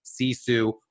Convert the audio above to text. Sisu